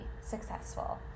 successful